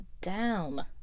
down